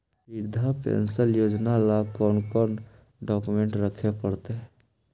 वृद्धा पेंसन योजना ल कोन कोन डाउकमेंट रखे पड़तै?